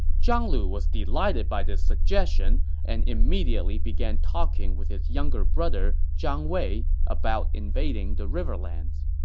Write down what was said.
zhang lu was delighted by this suggestion and immediately began talking with his younger brother, zhang wei, about invading the riverlands